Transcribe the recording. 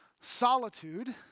Solitude